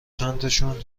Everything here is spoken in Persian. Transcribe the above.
چندتاشون